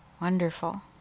Wonderful